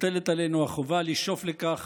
מוטלת עלינו החובה לשאוף לכך